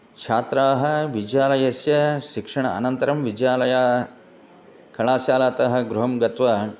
छात्राः विद्यालयस्य शिक्षण अनन्तरं विद्यालयात् कलाशालातः गृहं गत्वा